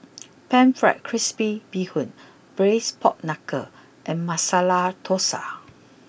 Pan Fried Crispy Bee Hoon Braised Pork Knuckle and Masala Thosai